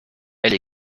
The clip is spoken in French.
elle